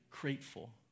grateful